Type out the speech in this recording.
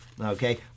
okay